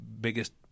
biggest